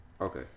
Okay